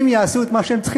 שרוב החוקים כאן,